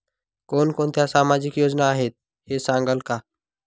कोणकोणत्या सामाजिक योजना आहेत हे सांगाल का?